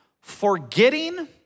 forgetting